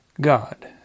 God